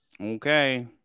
Okay